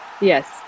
Yes